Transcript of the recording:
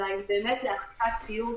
אלא הם באמת לאכיפת ציות,